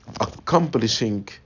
accomplishing